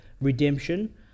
redemption